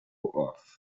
off